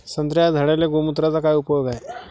संत्र्याच्या झाडांले गोमूत्राचा काय उपयोग हाये?